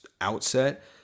outset